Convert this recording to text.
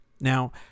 Now